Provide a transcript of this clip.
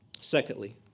Secondly